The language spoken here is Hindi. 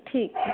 ठीक है